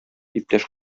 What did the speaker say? иптәш